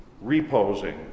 reposing